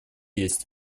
есть